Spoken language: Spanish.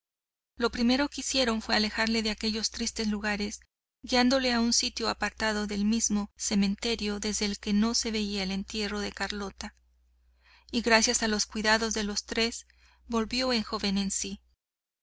lo primero que hicieron fue alejarle de aquellos tristes lugares guiándole a un sitio apartado del mismo cementerio desde el que no se veía el entierro de carlota y gracias a los cuidados de los tres volvió el joven en sí